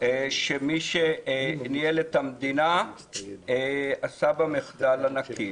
שמי שניהל את המדינה עשה בה מחדל ענקי.